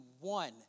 one